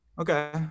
okay